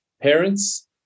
parents